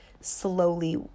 slowly